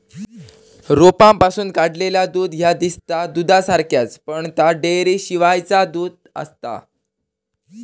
रोपांपासून काढलेला दूध ह्या दिसता दुधासारख्याच, पण ता डेअरीशिवायचा दूध आसता